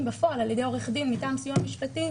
בפועל על ידי עורך דין מטעם סיוע משפטי,